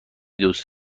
دوست